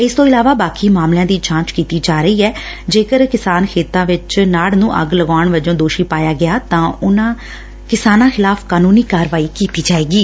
ਇਸ ਤੋਂ ਇਲਾਵਾ ਬਾਕੀ ਮਾਮਲਿਆਂ ਦੀ ਜਾਂਚ ਕੀਤੀ ਜਾ ਰਹੀ ਐ ਅਗਰ ਕਿਸਾਨ ਖੇਤਾਂ ਵਿੱਚ ਨਾਤ ਨ੍ਨ ਅੱਗ ਲਗਾਉਣ ਵਜੋਂ ਦੋਸੀ ਪਾਇਆ ਗਿਆ ਤਾ ਉਨੂਾਂ ਕਿਸਾਨਾ ਖਿਲਾਫ ਕਾਨੂੰਨੀ ਕਾਰਵਾਈ ਕੀਤੀ ਜਾਵੇਗੀ